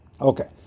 Okay